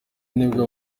nibwo